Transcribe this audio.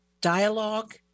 dialogue